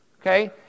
okay